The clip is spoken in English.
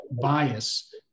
bias